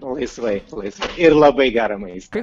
laisvai laisvai ir labai gerą maistą